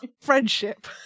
Friendship